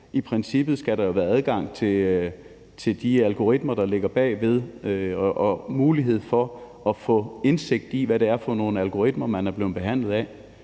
I princippet skal der jo være adgang til de algoritmer, der ligger bagved, og mulighed for at få indsigt i, hvad det er for nogle algoritmer, man er blevet behandlet af,